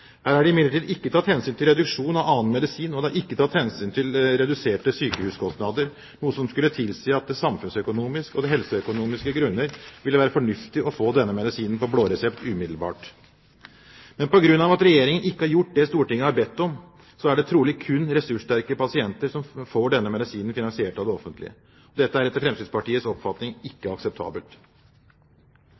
Her er det imidlertid ikke tatt hensyn til reduksjon av annen medisin, og det er ikke tatt hensyn til reduserte sykehuskostnader, noe som skulle tilsi at det av samfunnsøkonomiske og helseøkonomiske grunner ville være fornuftig å få denne medisinen på blå resept umiddelbart. Men på grunn av at Regjeringen ikke har gjort det Stortinget har bedt om, er det trolig kun ressurssterke pasienter som får denne medisinen finansiert av det offentlige. Dette er etter Fremskrittspartiets oppfatning ikke akseptabelt.